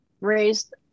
raised